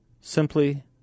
Simply